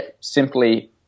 simply